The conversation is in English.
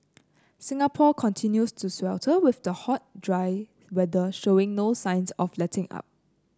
Singapore continues to swelter with the hot dry weather showing no signs of letting up